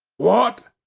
what!